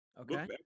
Okay